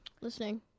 listening